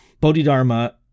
bodhidharma